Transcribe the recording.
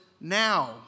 now